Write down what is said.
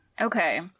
Okay